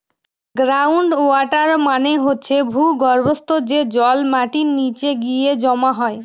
ground water মানে হচ্ছে ভূর্গভস্ত, যে জল মাটির নিচে গিয়ে জমা হয়